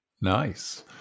Nice